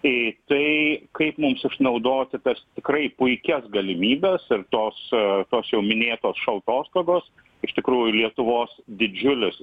į tai kaip mums išnaudoti tas tikrai puikias galimybes ir tos tos jau minėtos šaltostogos iš tikrųjų lietuvos didžiulius